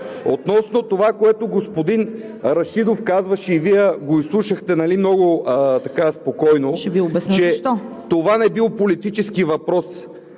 Относно това, което господин Рашидов казваше и Вие го изслушахте много спокойно, че това не бил политически въпрос.